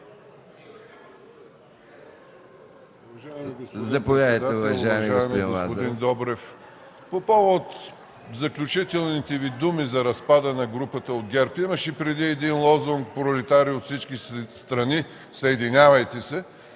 Уважаеми господин Добрев, по повод заключителните Ви думи за разпада на групата от ГЕРБ, преди имаше един лозунг: „Пролетарии от всички страни, съединявайте се!”,